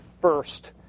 first